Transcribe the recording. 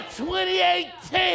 2018